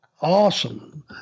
Awesome